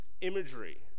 imagery